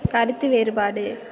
கருத்து வேறுபாடு